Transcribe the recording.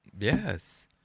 Yes